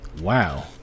Wow